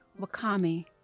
wakami